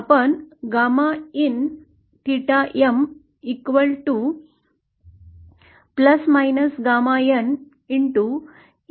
आपण gamma in 𝚹 plus minus γ M